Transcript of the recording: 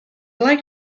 like